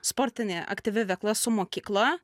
sportine aktyvia veikla su mokykla